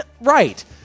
Right